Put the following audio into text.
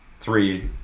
three